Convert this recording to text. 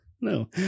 No